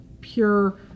pure